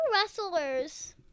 wrestlers